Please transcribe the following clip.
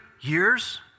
years